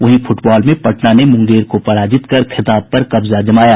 वहीं फुटबॉल में पटना ने मुंगेर को पराजित कर खिताब पर कब्जा जमाया